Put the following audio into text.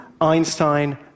Einstein